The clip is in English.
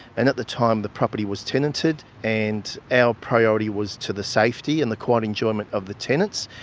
and at the time the property was tenanted and our priority was to the safety and the quiet enjoyment of the tenets,